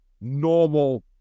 normal